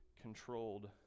controlled